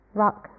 rock